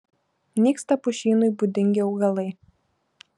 nyksta pušynui būdingi augalai